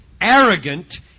arrogant